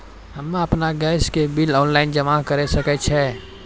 हम्मे आपन गैस के बिल ऑनलाइन जमा करै सकै छौ?